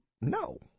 no